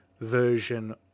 version